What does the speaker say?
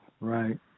Right